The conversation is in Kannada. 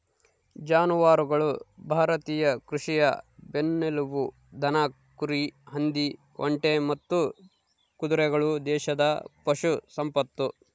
ಜಾನುವಾರುಗಳು ಭಾರತೀಯ ಕೃಷಿಯ ಬೆನ್ನೆಲುಬು ದನ ಕುರಿ ಹಂದಿ ಒಂಟೆ ಮತ್ತು ಕುದುರೆಗಳು ದೇಶದ ಪಶು ಸಂಪತ್ತು